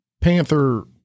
Panther